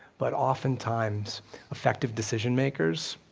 but oftentimes effective decision makers,